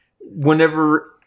whenever